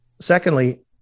Secondly